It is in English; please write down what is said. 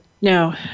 no